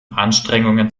anstrengungen